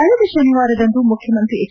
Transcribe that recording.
ಕಳೆದ ಶನಿವಾರದಂದು ಮುಖ್ಯಮಂತ್ರಿ ಎಚ್